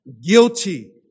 guilty